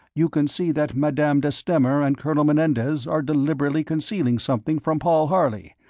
you can see that madame de stamer and colonel menendez are deliberately concealing something from paul harley,